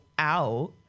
out